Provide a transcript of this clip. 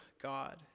God